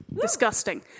Disgusting